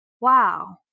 wow